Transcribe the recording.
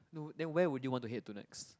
no then where would you want to head to next